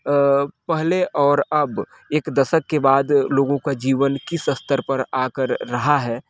अ पहले और अब एक दशक के बाद लोगों का जीवन किस स्तर पर आकर रहा है